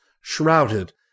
shrouded